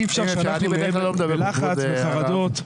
אי אפשר שאנחנו נהיה בלחץ וחרדות,